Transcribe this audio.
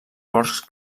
porcs